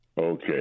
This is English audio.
Okay